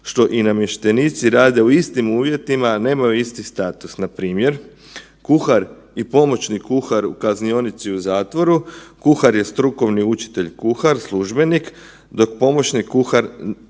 što i namještenici rade u istim uvjetima, a nemaju isti status. Npr. kuhar i pomoćni kuhar u kaznionici u zatvoru, kuhar je strukovni učitelj, kuhar, službenik, dok pomoćni kuhar